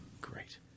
Great